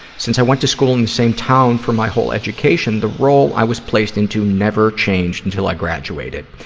since i went to school in the same town for my whole education, the role i was placed into never changed until i graduated.